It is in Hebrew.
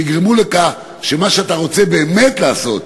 שיגרמו לכך שמה שאתה רוצה באמת לעשות,